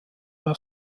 der